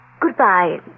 Goodbye